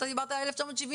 אתה דיברת על 1072,